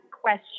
question